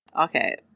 okay